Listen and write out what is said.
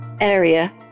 area